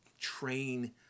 train